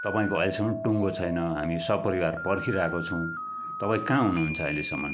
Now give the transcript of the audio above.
तपाईँको अहिलेसम्म टुङ्गो छैन हामी सपरिवार पर्खिरहेको छौँ तपाईँ कहाँ हुनुहुन्छ अहिलेसम्म